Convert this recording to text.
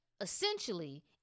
essentially